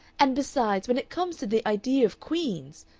and besides, when it comes to the idea of queens,